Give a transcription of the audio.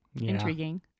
intriguing